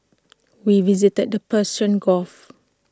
we visited the Persian gulf